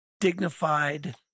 dignified